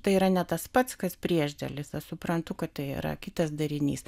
tai yra ne tas pats kas priešdėlis aš suprantu kad tai yra kitas darinys